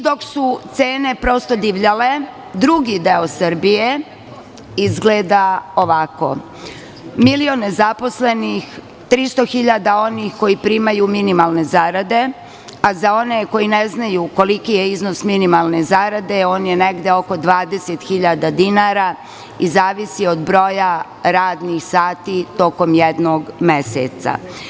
Dok su cene prosto divljale, drugi deo Srbije izgleda ovako - milion nezaposlenih, 300.000 onih koji primaju minimalne zarade, a za one koji ne znaju koliki je iznos minimalnih zarada, on je negde oko 20.000 dinara i zavisi od broja radnih sati tokom jednog meseca.